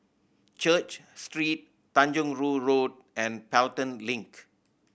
Church Street Tanjong Rhu Road and Pelton Link